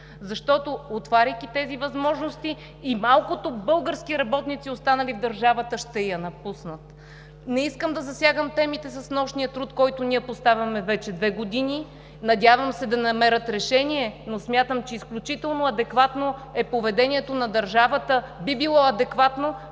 защото, отваряйки тези възможности, и малкото български работници, останали в държавата, ще я напуснат. Не искам да засягам темите с нощния труд, който ние поставяме вече две години. Надявам се да намерят решение, но смятам, че поведението на държавата е изключително адекватно.